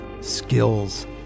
skills